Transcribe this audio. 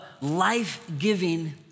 life-giving